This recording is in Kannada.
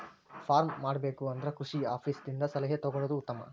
ಪಾರ್ಮ್ ಮಾಡಬೇಕು ಅಂದ್ರ ಕೃಷಿ ಆಪೇಸ್ ದಿಂದ ಸಲಹೆ ತೊಗೊಳುದು ಉತ್ತಮ